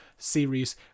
series